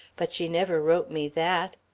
but she never wrote me that.